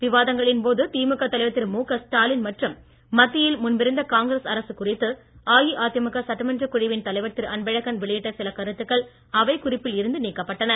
விவாதங்களின் போது திமுக தலைவர் திரு மு க ஸ்டாலின் மற்றும் மத்தியில் முன்பிருந்த காங்கிரஸ் அரசு குறித்து அஇஅதிமுக சட்டமன்றக் குழுவின் தலைவர் திரு அன்பழகன் வெளியிட்ட சில கருத்துக்கள் அவை குறிப்பில் இருந்து நீக்கப்பட்டன